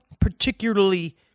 particularly